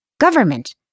Government